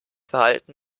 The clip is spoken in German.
verhalten